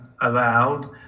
allowed